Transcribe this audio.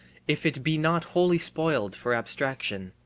if it be not wholly spoiled for abstraction.